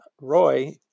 Roy